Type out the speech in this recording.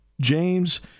James